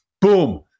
Boom